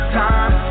time